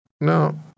No